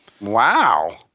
Wow